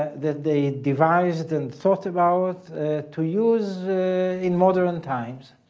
that they devised and thought about to use in modern times.